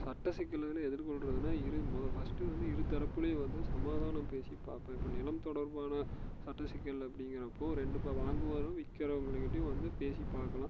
சட்ட சிக்கல்கள் எதிர்கொள்றதில் இரு ஃபர்ஸ்ட்டு வந்து இருதரப்புலையும் வந்து சமாதானம் பேசி பார்ப்போம் இப்போ நிலம் தொடர்பான சட்ட சிக்கல் அப்படிங்கிறப்போ ரெண்டு இப்போ வாங்குவோரும் விற்கிறவங்கள்கிட்டயும் வந்து பேசி பார்க்கலாம்